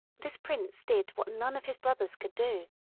this prince did what none of his brothers could do.